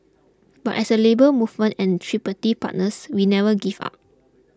but as a Labour Movement and tripartite partners we never give up